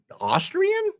Austrian